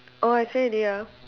oh I say already ah